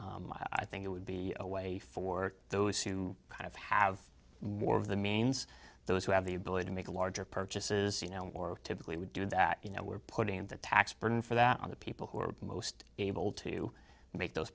i think it would be a way for those who kind of have more of the means those who have the ability to make a larger purchases you know or typically would do that you know we're putting the tax burden for that on the people who are most able to make those